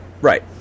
Right